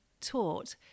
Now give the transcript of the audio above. taught